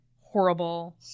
horrible